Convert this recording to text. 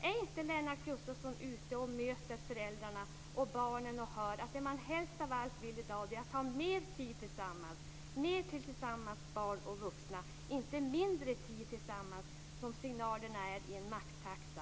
Är inte Lennart Gustavsson ute och möter föräldrarna och barnen och hör att det som barn och vuxna helst av allt vill i dag är att ha mer tid tillsammans - och inte mindre tid tillsammans, som signalerna blir med en maxtaxa.